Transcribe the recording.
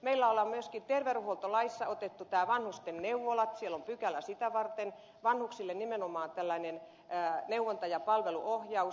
meillä on myöskin terveydenhuoltolaissa otettu nämä vanhusten neuvolat siellä on pykälä sitä varten vanhuksille nimenomaan tällainen neuvonta ja palveluohjaus